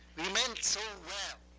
we meant so well.